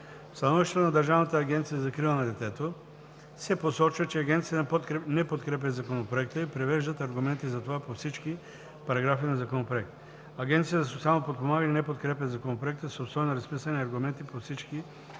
становището на Държавната агенция за закрила на детето се посочва, че Агенцията не подкрепя Законопроекта и привеждат аргументи за това по всички параграфи на Законопроекта. Агенцията за социално подпомагане не подкрепя Законопроекта с обстойно разписани аргументи по всички негови параграфи.